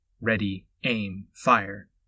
ready-aim-fire